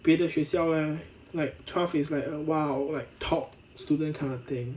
别的学校 leh like twelve is like a !wow! like top student kind of thing